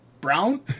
brown